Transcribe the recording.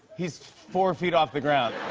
he's four feet off the ground.